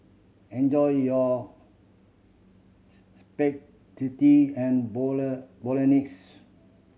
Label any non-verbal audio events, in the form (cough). enjoy your (unintelligible) and (unintelligible) Bolognese